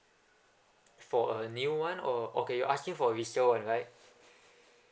for a new one or okay you're asking for resale [one] right